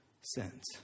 sins